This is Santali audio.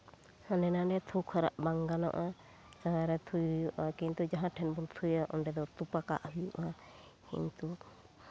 ᱦᱟᱸᱰᱮ ᱱᱟᱸᱰᱮ ᱛᱷᱩ ᱠᱷᱟᱨᱟᱜ ᱵᱟᱝ ᱜᱟᱱᱚᱜᱼᱟ ᱡᱟᱦᱟᱸᱨᱮ ᱛᱷᱩᱭ ᱦᱩᱭᱩᱜᱼᱟ ᱠᱤᱱᱛᱩ ᱡᱟᱦᱟᱸ ᱴᱷᱮᱱ ᱵᱚᱱ ᱛᱷᱩᱭᱟ ᱚᱸᱰᱮ ᱫᱚ ᱛᱚᱯᱟ ᱠᱟᱜ ᱦᱩᱭᱩᱜᱼᱟ ᱠᱤᱱᱛᱩ